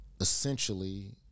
essentially